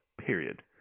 period